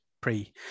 pre